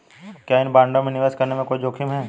क्या इन बॉन्डों में निवेश करने में कोई जोखिम है?